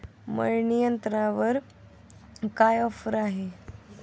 मळणी यंत्रावर काय ऑफर आहे?